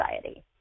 society